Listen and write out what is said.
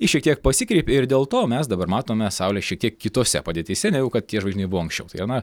ji šiek tiek pasikreipė ir dėl to mes dabar matome saulę šiek tiek kitose padėtyse negu kad tie žvaigždynai buvo anksčiau tai jie na